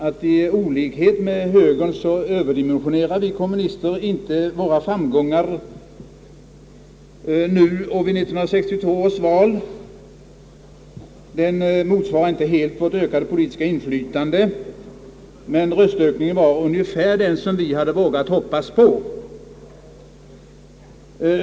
I olikhet med högern överdimensionerar vi kommunister inte våra framgångar nu och vid 1962 års val. De motsvarar inte helt vårt ökade politiska inflytande, men röstökningen var ungefär så stor som vi hade vågat hoppas på.